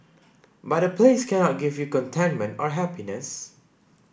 but a place cannot give you contentment or happiness